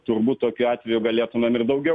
turbūt tokių atvejų galėtumėm ir daugiau